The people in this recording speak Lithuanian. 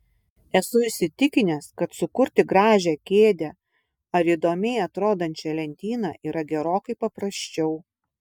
esu įsitikinęs kad sukurti gražią kėdę ar įdomiai atrodančią lentyną yra gerokai paprasčiau